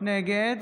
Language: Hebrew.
נגד